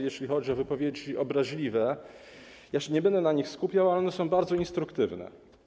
Jeśli chodzi o wypowiedzi obraźliwe, nie będę się na nich skupiał, ale one są bardzo instruktywne.